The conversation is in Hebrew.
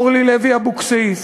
אורלי לוי אבקסיס,